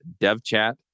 devchat